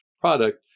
product